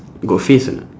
got face or not